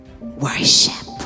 worship